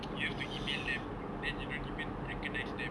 you have to email them you know then they don't even recognise them